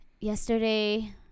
yesterday